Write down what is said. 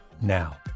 now